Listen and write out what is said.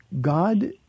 God